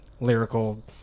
lyrical